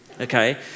Okay